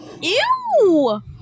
ew